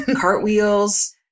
cartwheels